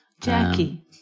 Jackie